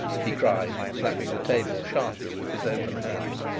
he cried, slapping the table sharply with his open hand.